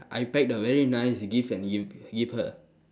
I packed a very nice gift and give give her